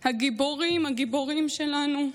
הגיבורים, הגיבורים שלנו,